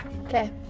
Okay